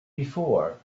before